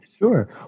Sure